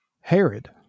Herod